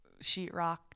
Sheetrock